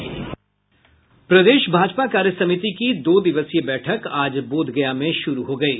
प्रदेश भाजपा कार्य समिति की दो दिवसीय बैठक आज बोधगया में शुरू हो गयी